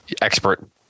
expert